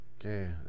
okay